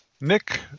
Nick